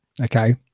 Okay